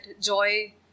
joy